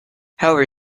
however